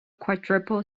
quadruple